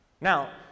Now